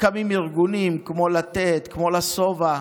קמים ארגונים כמו לתת ולשובע,